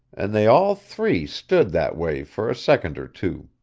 and they all three stood that way for a second or two.